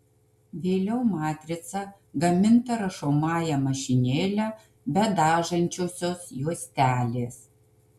vėliau matrica gaminta rašomąja mašinėle be dažančiosios juostelės